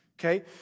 okay